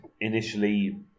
initially